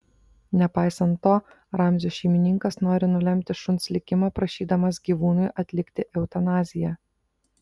nepaisant to ramzio šeimininkas nori nulemti šuns likimą prašydamas gyvūnui atlikti eutanaziją